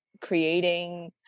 creating